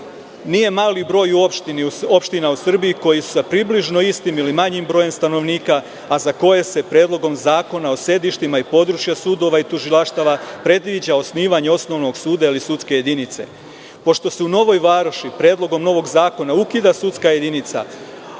Nije mali broj u opština u Srbiji koje su sa približno istim ili manjim brojem stanovnika a za koje se Predlogom zakona o sedištima i područja sudova i tužilaštva predviđa osnivanje osnovnog suda ili sudske jedinice. Pošto se u Novoj Varoši predlogom novog zakona ukida sudska jedinica,